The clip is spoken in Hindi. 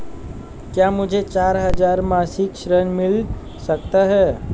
क्या मुझे चार हजार मासिक ऋण मिल सकता है?